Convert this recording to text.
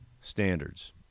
standards